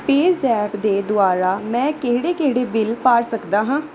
PayZapp ਦੇ ਦੁਆਰਾ ਮੈਂ ਕਿਹੜੇ ਕਿਹੜੇ ਬਿੱਲ ਭਰ ਸਕਦਾ ਹਾਂ